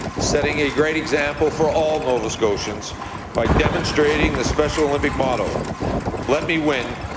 setting a great example for all nova scotians by demonstrating the special olympic motto let me win,